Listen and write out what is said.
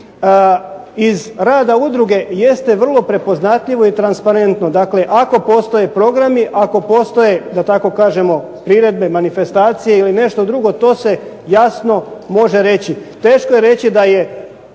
iz rada udruge jeste vrlo prepoznatljivo i transparentno. Dakle, ako postoje programi, ako postoje da tako kažemo priredbe, manifestacije ili nešto drugo to se jasno može reći. Teško je reći da je,